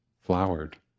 flowered